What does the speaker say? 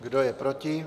Kdo je proti?